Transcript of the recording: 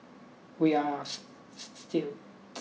we are still